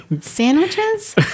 Sandwiches